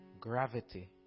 gravity